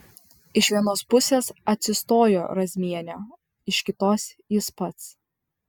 iš vienos pusės atsistojo razmienė iš kitos jis pats